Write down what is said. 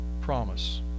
promise